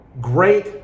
great